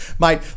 Mate